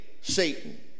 Satan